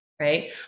right